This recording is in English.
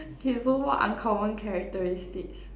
okay so what uncommon characteristics